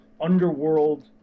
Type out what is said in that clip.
underworld